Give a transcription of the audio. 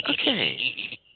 Okay